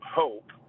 hope